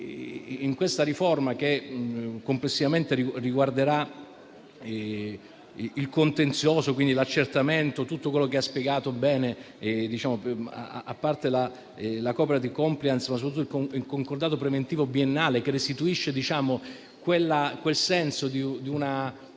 a questa riforma che complessivamente riguarderà il contenzioso, quindi l'accertamento e tutto quello che ha spiegato bene, l'opera di *compliance* e soprattutto il concordato preventivo biennale. Tutto ciò restituisce il senso di una